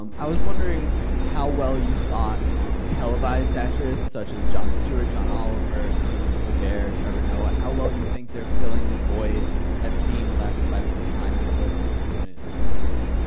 um i was wondering how well you thought um televised satirists, such as jon stewart, john oliver, steven colbert, trevor noah, how well you think they're filling the void that's being left by the decline of political cartoonists in print?